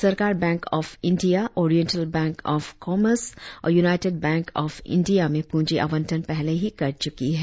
सरकार Bank of India Oriental Bank of Commerce और United Bank of India में पूंजी आवंटन पहले ही कर चुकी है